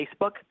Facebook